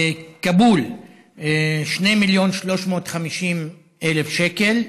כאבול, 2 מיליון ו-350,000 שקל.